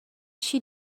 she